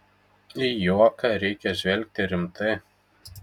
į juoką reikia žvelgti rimtai